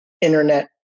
internet